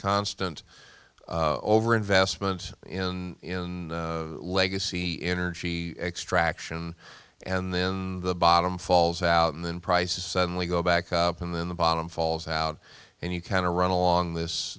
constant over investment in legacy energy extraction and then the bottom falls out and then prices suddenly go back up and then the bottom falls out and you kind of run along this